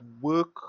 work